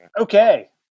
Okay